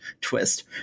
twist